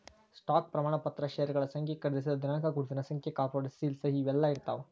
stock ಪ್ರಮಾಣ ಪತ್ರ ಷೇರಗಳ ಸಂಖ್ಯೆ ಖರೇದಿಸಿದ ದಿನಾಂಕ ಗುರುತಿನ ಸಂಖ್ಯೆ ಕಾರ್ಪೊರೇಟ್ ಸೇಲ್ ಸಹಿ ಇವೆಲ್ಲಾ ಇರ್ತಾವ